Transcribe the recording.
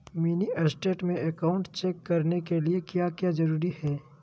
Mini state में account check करने के लिए क्या क्या जरूरी है?